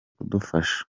kudufasha